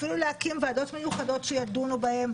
אפילו להקים ועדות מיוחדות שידונו בהם,